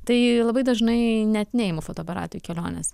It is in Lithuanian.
tai labai dažnai net neimu fotoaparato į keliones